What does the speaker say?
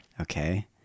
okay